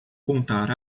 contar